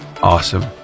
Awesome